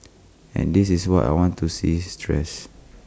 and this is what I want to see stress